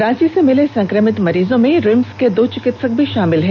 रांची से मिले संक्रमित मरीजों में रिम्स के दो चिकित्सक भी शामिल हैं